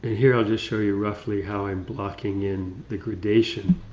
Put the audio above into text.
here i'll just show you roughly how i'm blocking-in the gradation